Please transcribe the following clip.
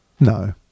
No